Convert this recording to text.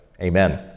Amen